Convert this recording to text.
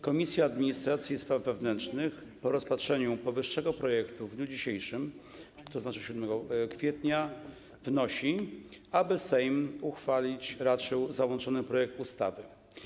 Komisja Administracji i Spraw Wewnętrznych po rozpatrzeniu powyższego projektu w dniu dzisiejszym, tzn. 7 kwietnia, wnosi, aby Sejm uchwalić raczył załączony projekt ustawy.